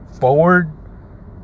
forward